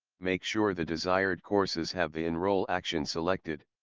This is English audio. make sure the desired courses have the enroll action selected,